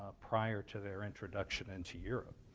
ah prior to their introduction into europe.